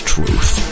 truth